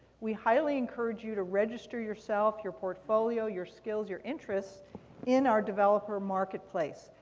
we highly encourage you to register yourself, your portfolio, your skills, your interests in our developer marketplace.